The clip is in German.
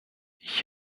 ich